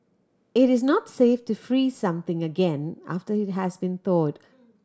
it is not safe to freeze something again after it has been thawed